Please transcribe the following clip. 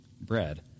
bread